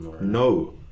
No